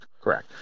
correct